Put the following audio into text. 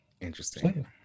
Interesting